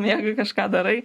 miega kažką darai